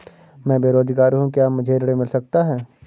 मैं बेरोजगार हूँ क्या मुझे ऋण मिल सकता है?